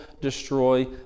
destroy